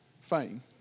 fame